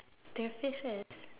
there are fishes